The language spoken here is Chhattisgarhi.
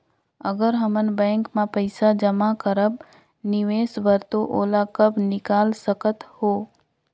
अगर हमन बैंक म पइसा जमा करब निवेश बर तो ओला कब निकाल सकत हो?